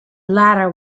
latter